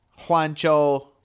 Juancho